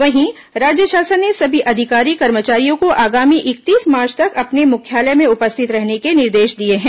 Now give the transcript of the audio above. वहीं राज्य शासन ने सभी अधिकारी कर्मचारियों को आगामी इकतीस मार्च तक अपने मुख्यालय में उपस्थित रहने के निर्देश दिए हैं